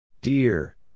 Dear